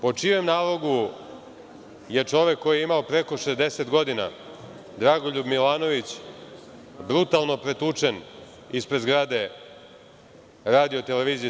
Po čijem nalogu je čovek, koji je imao preko 60 godina, Dragoljub Milanović brutalno pretučen ispred zgrade RTS-a?